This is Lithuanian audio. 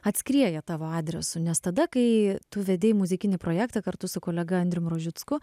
atskrieja tavo adresu nes tada kai tu vedei muzikinį projektą kartu su kolega andriumi rožicku